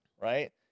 Right